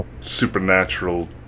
supernatural